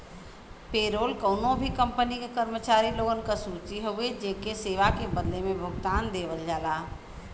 payroll कउनो भी company क कर्मचारी लोगन क सूची हउवे जेके सेवा के बदले में भुगतान देवल जाला